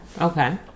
Okay